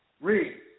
Read